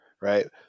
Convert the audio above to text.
Right